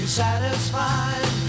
satisfied